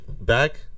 Back